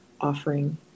offering